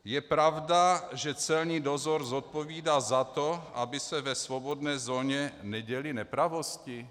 Je pravda, že celní dozor zodpovídá za to, aby se ve svobodné zóně neděly nepravosti?